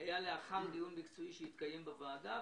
היה לאחר דיון מקצועי שהתקיים בוועדה.